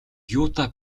юутай